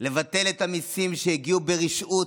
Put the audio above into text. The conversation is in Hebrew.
על ביטול את המיסים שהגיעו ברשעות,